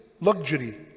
luxury